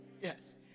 Yes